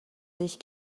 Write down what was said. sich